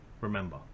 Remember